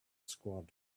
squad